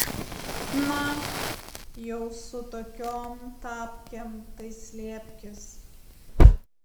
na jau su tokiom tapkėm tai slėpkis